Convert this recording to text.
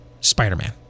Spider-Man